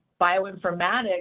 bioinformatics